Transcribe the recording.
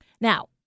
Now